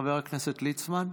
חבר הכנסת ליצמן,